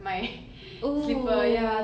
然后就留在那里